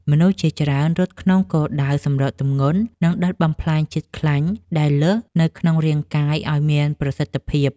មនុស្សជាច្រើនរត់ក្នុងគោលដៅសម្រកទម្ងន់ និងដុតបំផ្លាញជាតិខ្លាញ់ដែលលើសនៅក្នុងរាងកាយឱ្យមានប្រសិទ្ធភាព។